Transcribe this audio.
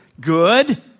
Good